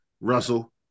Russell